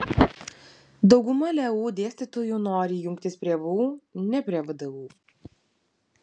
dauguma leu dėstytojų nori jungtis prie vu ne prie vdu